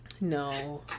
No